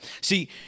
See